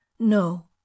no